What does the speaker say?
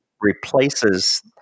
replaces